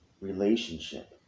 relationship